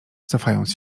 cofając